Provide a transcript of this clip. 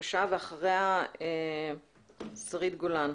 אחריה שרית גולן.